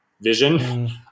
vision